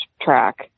track